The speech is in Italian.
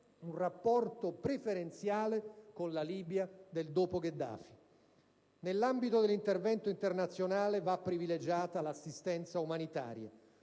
un rapporto preferenziale con la Libia del dopo Gheddafi. Nell'ambito dell'intervento internazionale va privilegiata l'assistenza umanitaria.